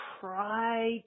Try